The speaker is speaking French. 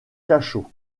cachot